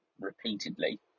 repeatedly